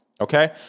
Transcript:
Okay